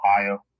Ohio